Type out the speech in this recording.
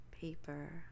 paper